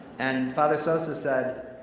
and father sosa said,